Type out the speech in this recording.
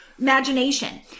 imagination